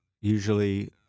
usually